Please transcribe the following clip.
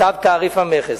צו תעריף המכס.